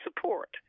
support